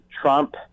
Trump